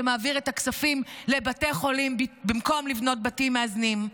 שמעביר את הכספים לבתי החולים במקום לבנות בתים מאזנים,